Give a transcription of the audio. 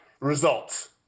results